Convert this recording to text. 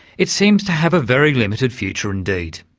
it seems to have a very limited future indeed.